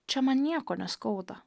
čia man nieko neskauda